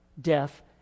death